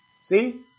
See